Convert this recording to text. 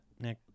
nick